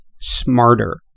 smarter